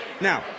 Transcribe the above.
Now